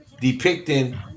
depicting